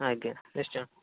ଆଜ୍ଞା ନିଶ୍ଚୟ